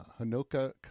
Hanoka